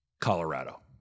Colorado